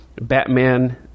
Batman